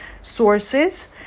sources